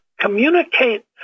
communicate